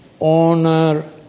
Honor